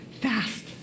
fast